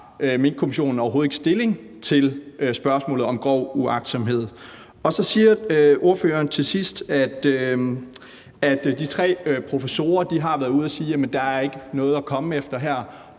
Minkkommissionen overhovedet ikke stilling til spørgsmålet om grov uagtsomhed. Og så siger ordføreren til sidst, at de tre professorer har været ude at sige, at der ikke er noget at komme efter her.